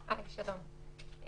שלום,